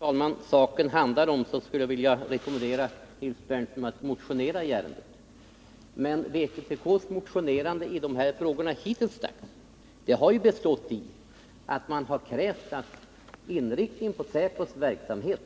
Herr talman! Om det är det saken gäller skulle jag vilja rekommendera Nils Berndtson att motionera i ärendet. Vpk:s motionerande i dessa frågor har emellertid hitintills bestått i att man har krävt att inriktningen av säpos verksamhet